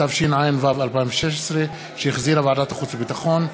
התשע"ו 2016, שהחזירה ועדת החוץ והביטחון,